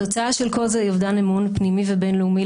התוצאה של כל זה היא אבדן אמון פנימי ובינלאומי,